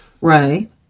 Right